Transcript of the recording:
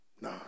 Nah